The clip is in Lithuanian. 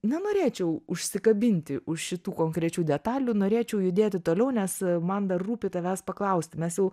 nenorėčiau užsikabinti už šitų konkrečių detalių norėčiau judėti toliau nes man dar rūpi tavęs paklausti mes jau